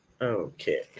Okay